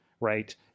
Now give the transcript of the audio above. Right